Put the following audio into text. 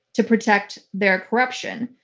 to protect their corruption.